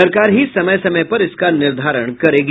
सरकार ही समय समय पर इसका निर्धारण करेगी